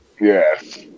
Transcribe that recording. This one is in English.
Yes